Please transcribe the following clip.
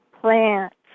plants